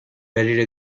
ready